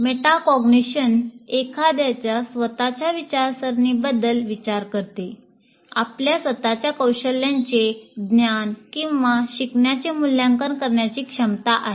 metacognition आपल्या स्वतःच्या कौशल्यांचे ज्ञान किंवा शिकण्याचे मूल्यांकन करण्याची क्षमता आहे